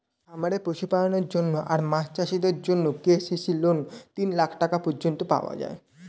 খামারে পশুপালনের জন্য আর মাছ চাষিদের জন্যে কে.সি.সি লোন তিন লাখ টাকা পর্যন্ত পাওয়া যায়